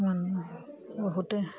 মানে বহুতে